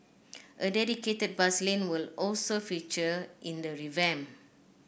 a dedicated bus lane will also feature in the revamp